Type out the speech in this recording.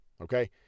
okay